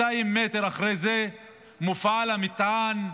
200 מטר אחרי זה מופעל המטען,